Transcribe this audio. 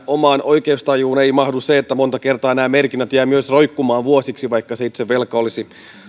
omaan oikeustajuuni ei mahdu se että monta kertaa nämä merkinnät jäävät myös roikkumaan vuosiksi vaikka itse velka olisi